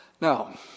Now